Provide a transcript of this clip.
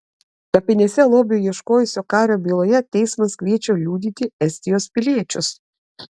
kapinėse lobių ieškojusio kario byloje teismas kviečia liudyti estijos piliečius